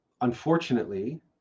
Unfortunately